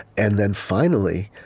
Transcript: and then, finally,